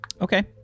Okay